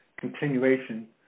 continuation